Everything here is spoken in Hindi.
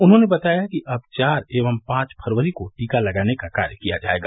उन्होंने बताया कि अब चार एवं पांच फरवरी को टीका लगाने का कार्य किया जायेगा